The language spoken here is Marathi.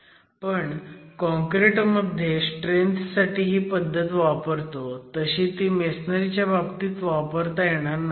पण काँक्रिट मध्ये स्ट्रेंथ साठी ही पद्धत वापरतो तशी ती मेसनरी च्या बाबतीत वापरता येणार नाही